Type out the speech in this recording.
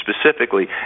specifically